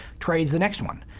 trade's the next one.